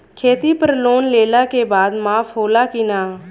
खेती पर लोन लेला के बाद माफ़ होला की ना?